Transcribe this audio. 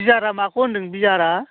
बियारा माखौ होनदों बियारा